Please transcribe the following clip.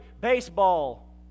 baseball